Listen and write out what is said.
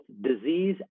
Disease